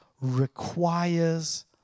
requires